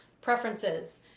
preferences